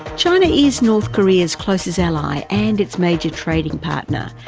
china is north korea's closest ally and its major trading partner,